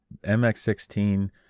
mx16